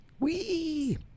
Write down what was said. Wee